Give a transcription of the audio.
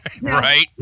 Right